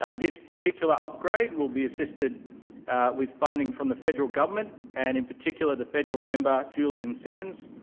ah this particular upgrade will be assisted with funding from the federal government and in particular the federal member, julian simmonds,